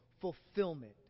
fulfillment